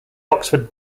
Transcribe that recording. oxford